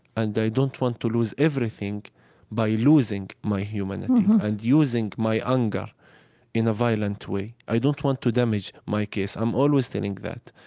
and i don't want to lose everything by losing my humanity and using my anger in a violent way i don't want to damage my case. i'm always telling that.